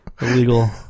illegal